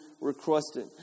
requested